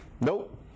nope